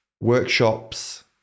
workshops